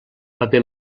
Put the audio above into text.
paper